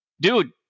dude